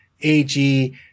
AG